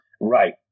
Right